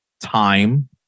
time